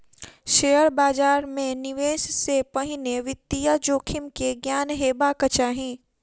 share बाजार मे निवेश से पहिने वित्तीय जोखिम के ज्ञान हेबाक चाही